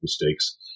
mistakes